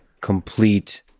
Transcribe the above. complete